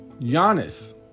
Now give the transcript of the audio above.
Giannis